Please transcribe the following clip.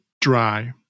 dry